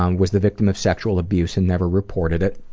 um was the victim of sexual abuse and never reported it.